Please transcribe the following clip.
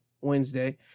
Wednesday